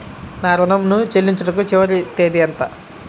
నా ఋణం ను చెల్లించుటకు చివరి తేదీ ఎంత?